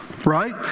Right